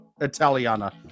Italiana